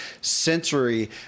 sensory